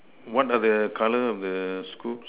what are the colors of the scoop